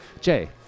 jay